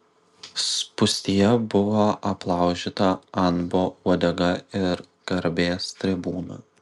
spūstyje buvo aplaužyta anbo uodega ir garbės tribūna